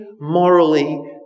morally